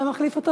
אני מחליף אותו.